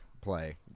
play